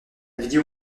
vidéo